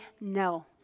no